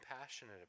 passionate